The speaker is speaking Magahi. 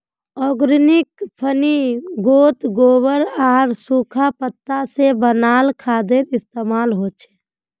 ओर्गानिक फर्मिन्गोत गोबर आर सुखा पत्ता से बनाल खादेर इस्तेमाल होचे